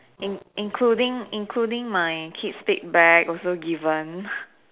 in including including my Kate spade bag also given